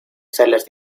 salas